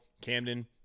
Camden